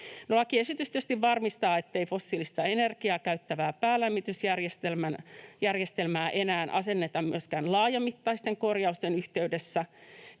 Lakiesitys tietysti varmistaa, ettei fossiilista energiaa käyttävää päälämmitysjärjestelmää enää asenneta myöskään laajamittaisten korjausten yhteydessä.